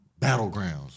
battlegrounds